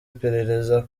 iperereza